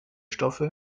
stoffe